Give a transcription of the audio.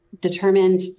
determined